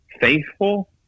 faithful